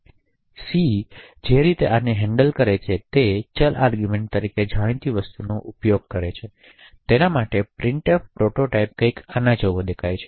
C જે રીતે આને હેન્ડલ કરે છે તે ચલ આર્ગૂમેંટ તરીકે જાણીતી વસ્તુનો ઉપયોગ કરીને છે તેના માટેનો પ્રિન્ટફ પ્રોટોટાઇપ આના જેવો દેખાય છે